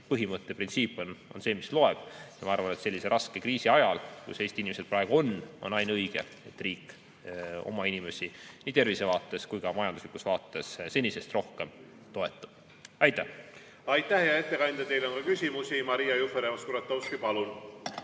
Põhimõte, printsiip on see, mis loeb. Ma arvan, et sellises raskes kriisis, kus Eesti inimesed praegu on, on ainuõige, et riik oma inimesi nii tervise vaates kui ka majanduslikus mõttes senisest rohkem toetab. Aitäh! Aitäh, hea ettekandja! Teile on ka küsimusi. Maria Jufereva-Skuratovski, palun!